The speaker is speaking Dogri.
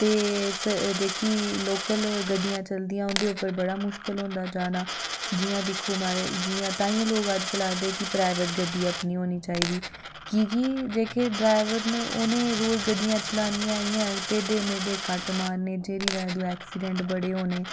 ते जेह्की लोकल गड्डियां चलदियां उं'दे उप्पर बड़ा मुश्कल होंदा जाना जियां दिक्खो महाराज जियां ताइयें गै लोक अज्जकल आखदे कि प्राइवेट गड्डी अपनी होनी चाहिदी कि की जेह्के ड्रैवर न उ'नें रोज़ गड्डियां चलानियां इ'यां टेढे मेढे कट्ट मारने जेह्दी बजह् तू ऐक्सीडेंट बड़े होने